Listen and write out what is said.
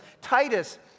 Titus